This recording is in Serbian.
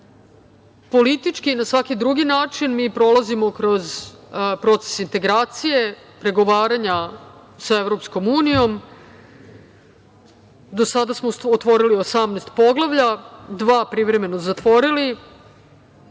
Politički i na svaki drugi način mi prolazimo kroz proces integracije, pregovaranja sa EU. Do sada smo otvorili 18 poglavlja, dva privremeno zatvorili.